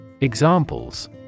Examples